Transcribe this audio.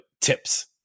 tips